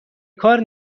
کار